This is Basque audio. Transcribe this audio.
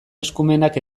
eskumenak